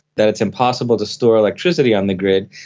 that it's impossible to store electricity on the grid,